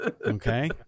Okay